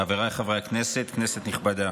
חבריי חברי הכנסת, כנסת נכבדה,